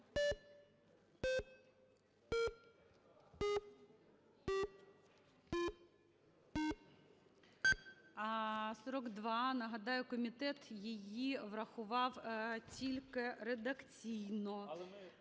За-42 Нагадую: комітет її врахував тільки редакційно.